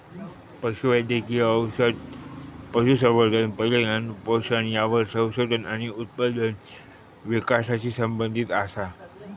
पशु वैद्यकिय औषध, पशुसंवर्धन, प्रजनन, पोषण यावर संशोधन आणि उत्पादन विकासाशी संबंधीत असा